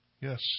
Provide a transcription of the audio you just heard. Yes